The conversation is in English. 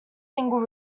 single